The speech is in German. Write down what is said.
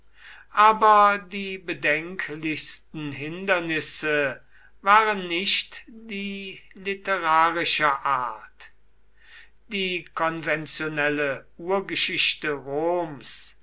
aber die bedenklichsten hindernisse waren nicht die literarischer art die konventionelle urgeschichte roms